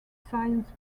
science